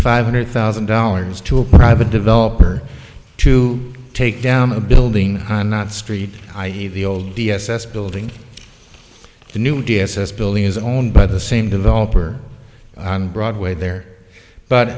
five hundred thousand dollars to a private developer to take down a building not street i e the old d s s building the new d s s building is owned by the same developer on broadway there but